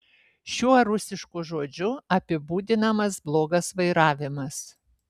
šiuo rusišku žodžiu apibūdinamas blogas vairavimas